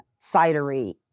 cidery